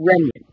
remnant